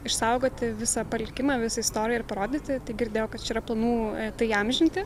išsaugoti visą palikimą visą istoriją ir parodyti tai girdėjau kad yra planų tai įamžinti